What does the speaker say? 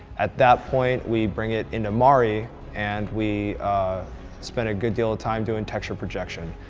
at that point we bring it into mari and we spent a good deal of time doing texture projection.